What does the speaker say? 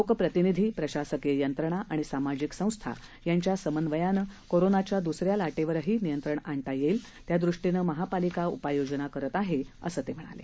लोकप्रतिनिधी प्रशासकीय यंत्रणा आणि सामाजिक संस्था यांच्या समन्वयाने कोरोनाच्या दुसऱ्या लाटेवरही नियंत्रण आणता येईल त्या दृष्टीने महापालिका उपाय योजना करत आहे असं ते म्हणाले